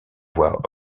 voix